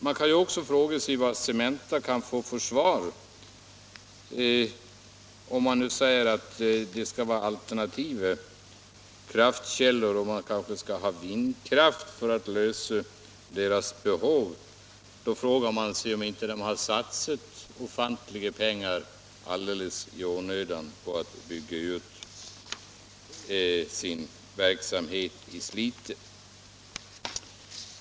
Man kan ju också ställa sig frågande till vad Cementa kan få för svar, om man nu säger att det skall vara alternativa kraftkällor, kanske vindkraft, för att klara behovet. Har Cementa då inte satsat ofantligt mycket alldeles i onödan för utbyggnad av verksamheten i Slite?